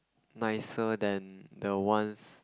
nicer than the ones